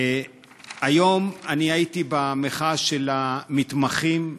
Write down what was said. היום אני הייתי במחאה של המתמחים,